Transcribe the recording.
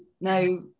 no